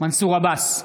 מנסור עבאס,